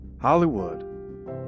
Hollywood